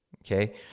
okay